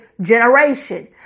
generation